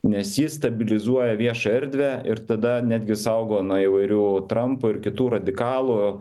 nes ji stabilizuoja viešą erdvę ir tada netgi saugo nuo įvairių trampų ir kitų radikalų